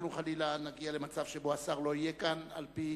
אנחנו חלילה נגיע למצב שבו השר לא יהיה כאן על-פי